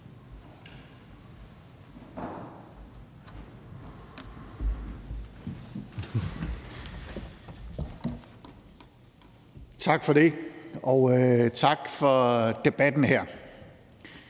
Tak for det, og tak for talen.